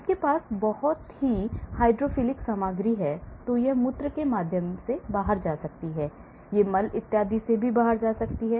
आपके पास एक बहुत ही हाइड्रोफिलिक सामग्री है यह मूत्र के माध्यम से जा सकती है यह मल इत्यादि से गुजर सकता है